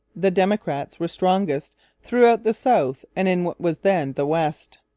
the democrats were strongest throughout the south and in what was then the west.